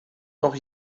noch